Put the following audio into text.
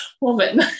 woman